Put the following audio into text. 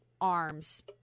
arms